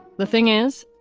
the thing is,